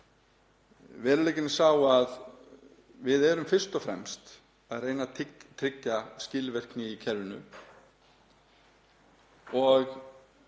Veruleikinn er sá að við erum fyrst og fremst að reyna að tryggja skilvirkni í kerfinu.